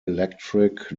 electric